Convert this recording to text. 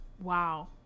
Wow